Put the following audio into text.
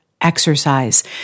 exercise